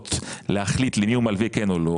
יכולות להחליט למי הוא מלווה כן או לא,